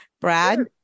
Brad